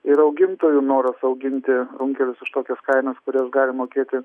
ir augintojų noras auginti runkelius už tokias kainas kurias gali mokėti